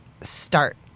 start